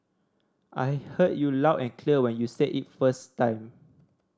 I heard you loud and clear when you said it first time